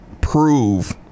prove –